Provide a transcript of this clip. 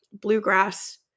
bluegrass